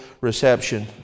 reception